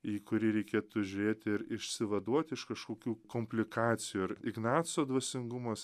į kurį reikėtų žiūrėt ir išsivaduot iš kažkokių komplikacijų ir ignaco dvasingumas